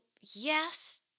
yes